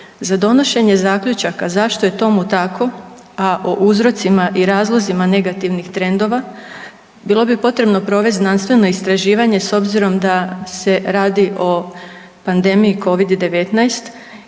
Za donošenje zaključaka zašto je tomu tako, a o uzrocima i razlozima negativnih trendova bilo bi potrebno provest znanstveno istraživanje s obzirom da se radi o pandemiji Covid-19.